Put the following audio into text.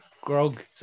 grog